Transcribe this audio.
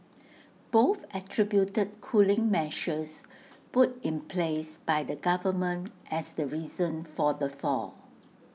both attributed cooling measures put in place by the government as the reason for the fall